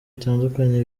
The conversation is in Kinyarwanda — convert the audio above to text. bitandukanye